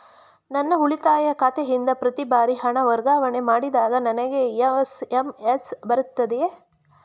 ನನ್ನ ಉಳಿತಾಯ ಖಾತೆಯಿಂದ ಪ್ರತಿ ಬಾರಿ ಹಣ ವರ್ಗಾವಣೆ ಮಾಡಿದಾಗ ನನಗೆ ಎಸ್.ಎಂ.ಎಸ್ ಬರುತ್ತದೆಯೇ?